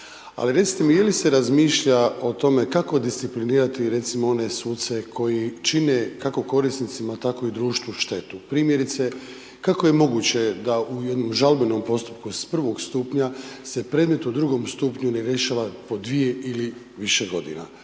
Ali, recite, je li se razmišlja o tome, kako disciplinirati recimo one suce, koji čine, kako korisnicima, tako i društvu štetu, primjerice, kako je moguće da u jednom žalbenom postupku s prvog stupnja, se predmet u drugom stupnju ne rješava po 2 ili više godine.